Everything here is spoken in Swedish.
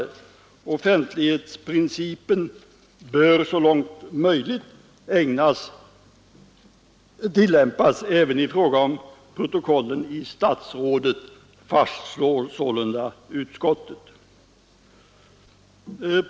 Utskottet fastslår att offentlighetsprincipen så långt möjligt bör tillämpas även i fråga om protokollen i statsrådet.